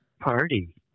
Party